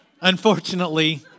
unfortunately